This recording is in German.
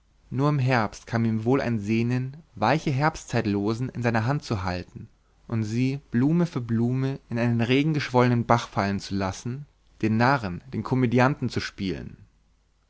nur im herbst kam ihm wohl ein sehnen weiche herbstzeitlosen in seiner hand zu halten und sie blume für blume in einen regengeschwollenen bach fallen zu lassen den narren den komödianten zu spielen